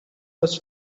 was